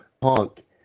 punk